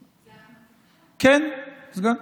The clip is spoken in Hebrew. כן, סגן.